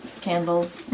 candles